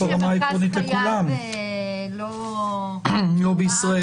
מי שמרכז חייו לא בישראל.